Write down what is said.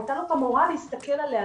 הייתה לו מורה להסתכל עליה,